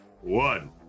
one